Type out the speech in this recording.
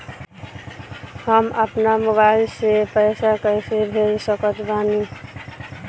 हम अपना मोबाइल से पैसा कैसे भेज सकत बानी?